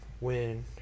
Win